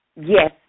Yes